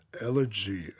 elegy